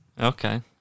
Okay